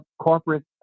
corporate